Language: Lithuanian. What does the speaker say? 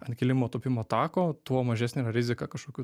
ant kilimo tūpimo tako tuo mažesnė yra rizika kažkokių